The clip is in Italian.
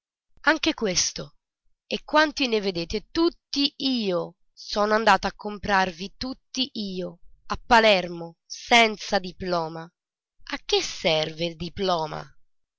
anche questo e quanti ne vedete tutti io sono andata a comperarvi tutti io a palermo senza diploma a che serve il diploma